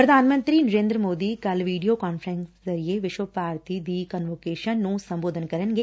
ਪ੍ਰਧਾਨ ਮੰਤਰੀ ਨਰੇਂਦਰ ਸੋਦੀ ਕੱਲ ਵੀਡੀਓ ਕਾਨਫਰੰਸ ਜ਼ਰੀਏ ਵਿਸ਼ਵ ਭਾਰਤੀ ਦੀ ਕਨਵੋਕੇਸ਼ਨ ਨੂੰ ਸੰਬੋਧਨ ਕਰਨਗੇ